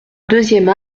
deuxième